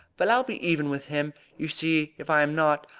but i'll be even with him you see if i am not.